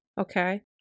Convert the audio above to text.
okay